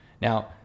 Now